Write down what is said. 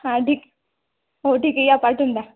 हां ठीक हो ठीक आहे या पाठवून द्या